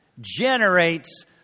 generates